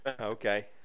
Okay